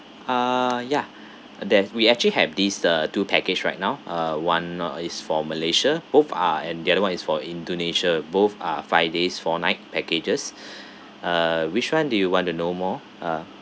ah ya that we actually have this the two package right now uh one uh is for malaysia both are and the other one is for indonesia both are five days four night packages uh which one do you want to know more uh